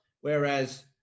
Whereas